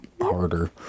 harder